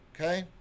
Okay